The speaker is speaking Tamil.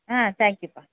ஆ தேங்க்யூபா